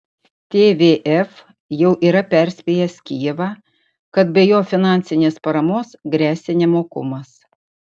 tvf jau yra perspėjęs kijevą kad be jo finansinės paramos gresia nemokumas